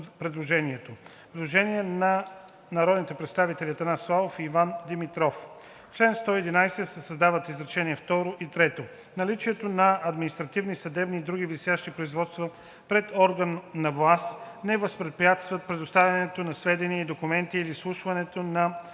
Предложение на народните представители Атанас Славов и Иван Димитров: „В чл. 111 се създават изречение второ и трето: „Наличието на административни, съдебни и други висящи производства пред орган на власт не възпрепятства предоставянето на сведения и документи или изслушването на